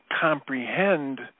comprehend